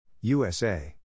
USA